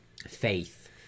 faith